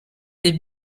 est